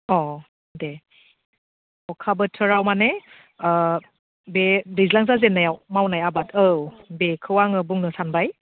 अ दे अखा बोथोराव माने अखा बोथोराव माने बे दैज्लां जाजेननायाव मावनाय आबाद औ बेखौ आङो बुंनो सानबाय